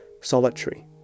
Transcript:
solitary